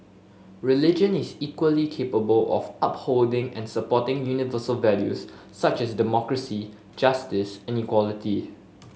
religion is equally capable of upholding and supporting universal values such as democracy justice and equality